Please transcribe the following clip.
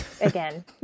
again